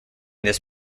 this